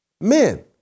men